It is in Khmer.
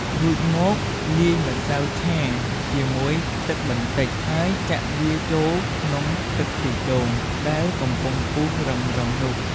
រួចមក លាយម្សៅឆាជាមួយទឹកបន្តិច ហើយចាក់វាចូលក្នុងទឹកខ្ទិះដូងដែលកំពុងពុះរឹមៗនោះ។